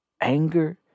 anger